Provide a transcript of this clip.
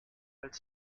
als